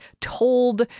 told